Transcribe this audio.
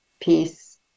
peace